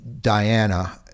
Diana